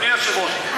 אדוני היושב-ראש,